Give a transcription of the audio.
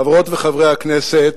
חברות וחברי הכנסת,